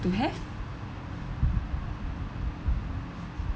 to have